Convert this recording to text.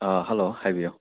hello ꯍꯥꯏꯕꯤꯌꯨ